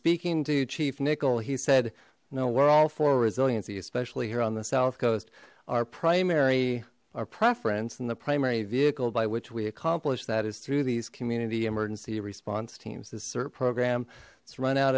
speaking to chief nickel he said no we're all for resiliency especially here on the south coast our primary our preference in the primary vehicle by which we accomplish that is through these community emergency response teams this cert program it's run out